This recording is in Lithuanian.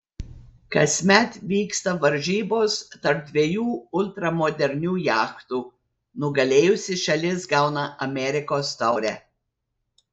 kasmet vyksta varžybos tarp dviejų ultramodernių jachtų nugalėjusi šalis gauna amerikos taurę